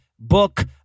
book